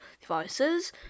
devices